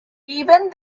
even